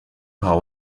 par